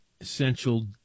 essential